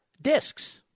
discs